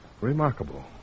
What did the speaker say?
Remarkable